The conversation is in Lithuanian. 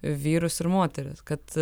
vyrus ir moteris kad